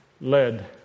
led